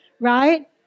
Right